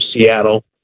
Seattle